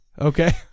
Okay